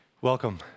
Welcome